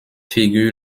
figurent